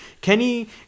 Kenny